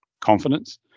confidence